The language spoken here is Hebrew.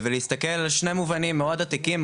ולהסתכל על שני מובנים מאוד עתיקים,